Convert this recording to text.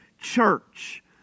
church